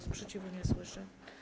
Sprzeciwu nie słyszę.